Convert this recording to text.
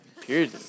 period